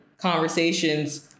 conversations